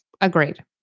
agreed